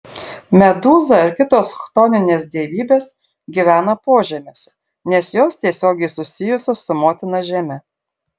medūza ir kitos chtoninės dievybės gyvena požemiuose nes jos tiesiogiai susijusios su motina žeme